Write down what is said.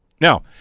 Now